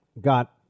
got